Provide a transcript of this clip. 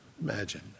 Imagine